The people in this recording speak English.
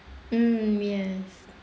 mm ya